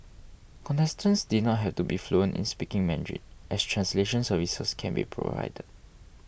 contestants did not have to be fluent in speaking Mandarin as translation services can be provided